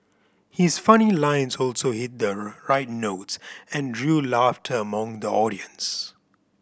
his funny lines also hit the right notes and drew laughter among the audience